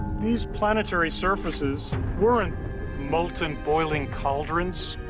these planetary surfaces weren't molten, boiling cauldrons,